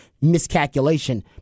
miscalculation